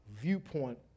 viewpoint